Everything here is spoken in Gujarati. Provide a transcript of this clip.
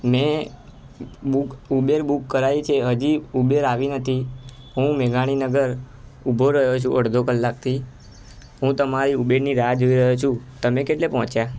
મેં બૂક ઉબેર બૂક કરાવી છે હજી ઉબેર આવી નથી હું મેઘાણીનગર ઊભો રહ્યો છું અડધો કલાકથી હું તમારી ઉબેરની રાહ જોઈ રહ્યો છું તમે કેટલે પહોંચ્યા